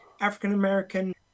african-american